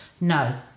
no